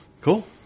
Cool